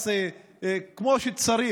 יחס כמו שצריך,